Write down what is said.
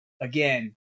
Again